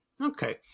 Okay